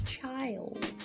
child